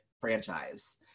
franchise